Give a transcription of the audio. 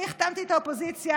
אני החתמתי את האופוזיציה,